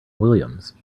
williams